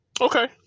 Okay